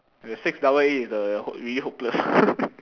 the six double a is uh hope~ really hopeless